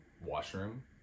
washroom